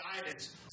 guidance